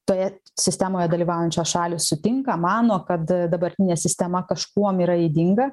toje sistemoje dalyvaujančios šalys sutinka mano kad dabartinė sistema kažkuom yra ydinga